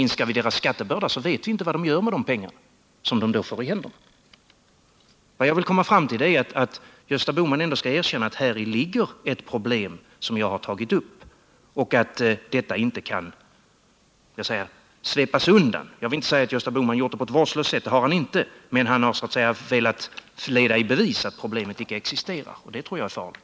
Minskar vi deras skattebörda, vet vi inte vad de gör med de pengar som de då får i händerna. Jag vill komma fram till att Gösta Bohman skall erkänna att det häri ligger ett problem, som jag har tagit upp, och att det inte kan svepas undan. Jag vill inte säga att Gösta Bohman har gjort det på ett vårdslöst sätt, men han har velat leda i bevis att problemet icke existerar — och det tror jag är farligt.